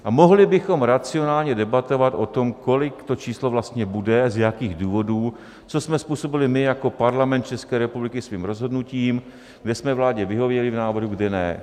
A mohli bychom racionálně debatovat o tom, kolik to číslo vlastně bude, z jakých důvodů, co jsme způsobili my jako Parlament České republiky svým rozhodnutím, kde jsme vládě vyhověli v návrhu, kde ne.